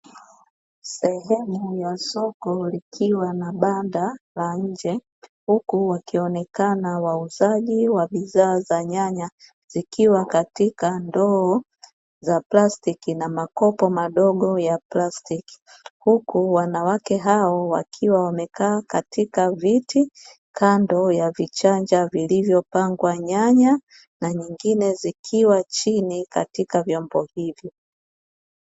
Sehemu ya soko likiwa na banda la nje, huku wakionekana wauzaji wa bidhaa za nyanya, zikiwa katika ndoo za plastiki na makopo madogo ya plastiki, huku wanawake hao wakiwa wamekaa katika viti kando ya vichanja vilivyopangwa nyanya na nyingine zikiwa chini katika vyombo hivyo.